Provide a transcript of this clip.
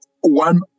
one